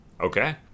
Okay